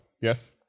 Yes